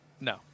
No